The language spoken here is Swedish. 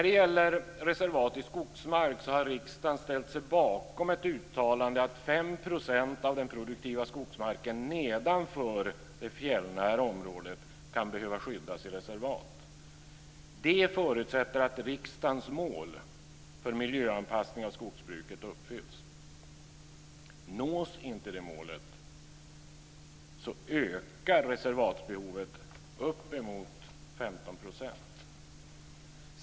Beträffande reservat i skogsmark har riksdagen ställt sig bakom ett uttalande att 5 % av den produktiva skogsmarken nedanför det fjällnära området kan behöva skyddas i reservat. Det förutsätter att riksdagens mål för miljöanpassning av skogsbruket uppfylls. Nås inte det målet ökar reservatsbehovet uppemot 15 %.